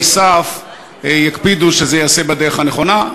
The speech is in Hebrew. סף יקפידו שזה ייעשה בדרך הנכונה,